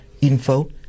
info